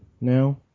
now